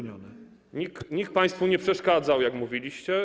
Nikt państwu nie przeszkadzał, jak mówiliście.